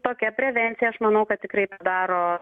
tokia prevencija aš manau kad tikrai daro